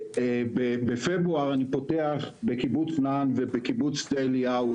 בפברואר אני פותח בקיבוץ נען ובקיבות שדה אליהו